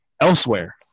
elsewhere